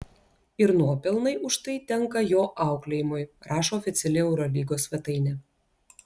ir nuopelnai už tai tenka jo auklėjimui rašo oficiali eurolygos svetainė